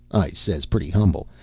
i says, pretty humble,